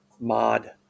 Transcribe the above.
mod